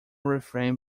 refrain